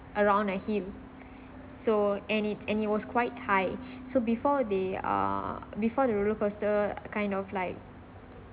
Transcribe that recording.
around a so and it and it was quite high so before they are before the roller coaster kind of like